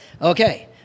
Okay